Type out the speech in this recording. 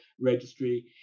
registry